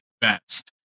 best